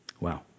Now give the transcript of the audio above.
Wow